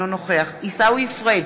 אינו נוכח עיסאווי פריג'